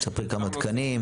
תספר כמה תקנים.